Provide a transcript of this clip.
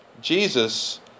Jesus